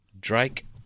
Drake